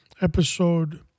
episode